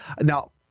Now